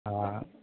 हा